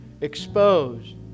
exposed